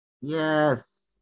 Yes